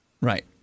Right